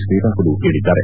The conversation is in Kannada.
ಶ್ರೀರಾಮುಲು ಹೇಳಿದ್ದಾರೆ